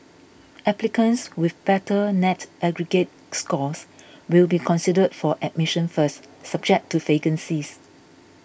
applicants with better net aggregate scores will be considered for admission first subject to vacancies